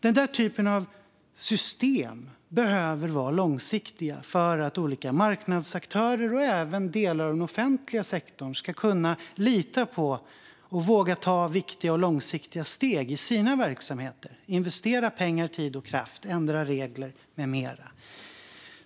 Denna typ av system behöver vara långsiktiga för att olika marknadsaktörer och även delar av den offentliga sektorn ska kunna lita på dem och våga ta viktiga och långsiktiga steg i sina verksamheter - investera pengar, tid och kraft, ändra regler med mera.